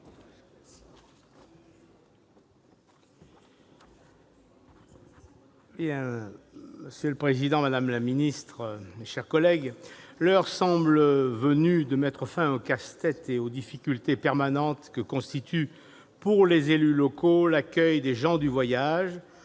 Monsieur le président, madame la ministre, chers collègues, l'heure semble venue de mettre fin au casse-tête et aux difficultés permanentes que constitue, pour les élus locaux, l'accueil des gens du voyage.